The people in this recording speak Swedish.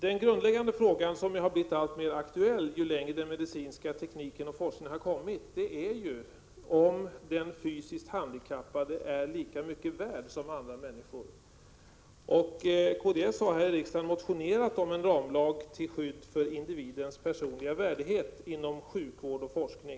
Den grundläggande frågan, som har blivit alltmer aktuell ju längre den medicinska tekniken och forskningen har kommit, är om den fysiskt Prot. 1987/88:73 handikappade är lika mycket värd som andra människor. Vi från kds har här i Omsy.